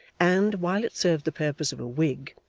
and, while it served the purpose of a wig,